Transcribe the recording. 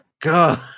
God